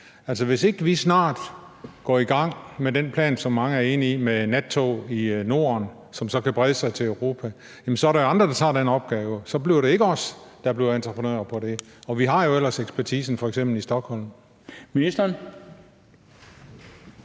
vi ikke snart går i gang med den plan, som mange er enige om, om nattog i Norden, som så kan brede sig til Europa, er der jo andre, der tager den opgave. Så bliver det ikke os, der bliver entreprenører på det, og vi har jo ellers ekspertisen, f.eks. i Stockholm.